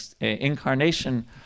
incarnation